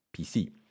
PC